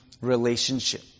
relationship